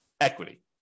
equity